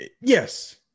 yes